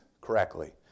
correctly